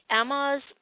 Emma's